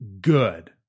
good